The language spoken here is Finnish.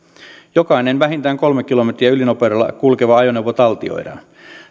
jokainen vähintään yli kolmen kilometrin ylinopeudella kulkeva ajoneuvo taltioidaan